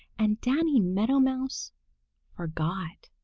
and danny meadow mouse forgot.